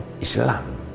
Islam